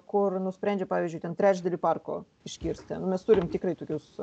kur nusprendžia pavyzdžiui ten trečdalį parko iškirsti mes turim tikrai tokius